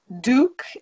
Duke